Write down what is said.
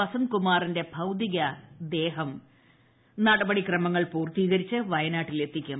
വസന്ത് കുമാറിന്റെ ഭൌതിക ദേഹം നടപടിക്രമങ്ങൾ പൂർത്തീകരിച്ച് വയനാട്ടിൽ എത്തിക്കും